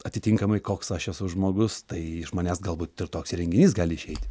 atitinkamai koks aš esu žmogus tai iš manęs galbūt ir toks ir renginys gali išeiti